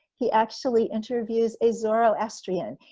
he actually interviews zoroastrian.